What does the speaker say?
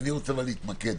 אבל אני רוצה להתמקד,